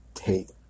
hate